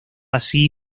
así